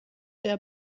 der